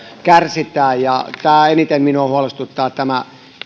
kärsitään eniten minua huolestuttaa tämä